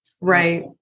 Right